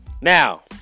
Now